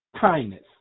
kindness